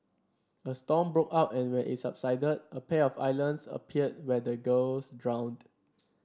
a storm broke out and when it subsided a pair of islands appeared where the girls drowned